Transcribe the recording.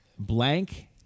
Blank